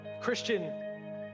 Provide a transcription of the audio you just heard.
Christian